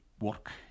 work